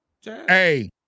hey